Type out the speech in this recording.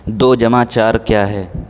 دو جمع چار کیا ہے